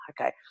Okay